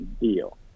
deal